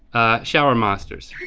shower monsters.